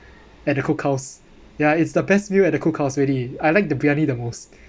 at the cook house ya it's the best meal at the cook house already I like the briyani the most